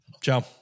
Ciao